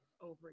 over